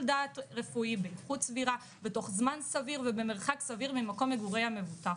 דעת רפואי באיכות סבירה ותוך זמן סביר ובמרחק סביר ממקום מגורי המבוטח"